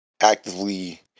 actively